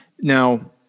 now